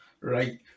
Right